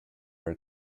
her